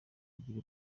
igire